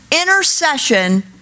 intercession